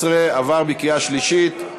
12) עברה בקריאה שנייה ובקריאה שלישית,